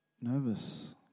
nervous